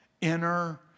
inner